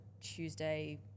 Tuesday